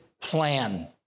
plan